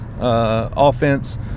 offense